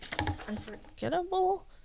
unforgettable